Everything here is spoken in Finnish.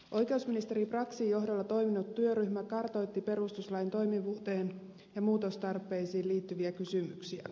oikeusministeri braxin johdolla toiminut työryhmä kartoitti perustuslain toimivuuteen ja muutostarpeisiin liittyviä kysymyksiä